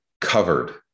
covered